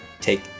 take